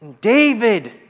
David